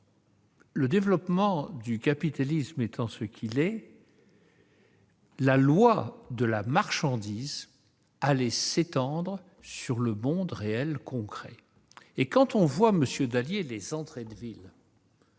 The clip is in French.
le développement du capitalisme étant ce qu'il est, la loi de la marchandise allait s'étendre sur le monde réel, concret. Quand on voit les entrées de ville